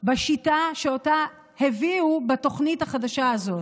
בשיטה שאותה הביאו בתוכנית החדשה הזאת.